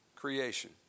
Creation